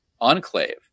enclave